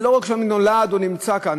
זה לא רק שהוא נולד או נמצא כאן,